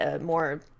more